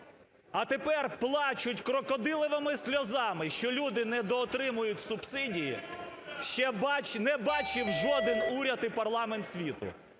а тепер плачуть крокодиловими сльозами, що люди недоотримують субсидії ще не бачив жодний уряд і парламент світу.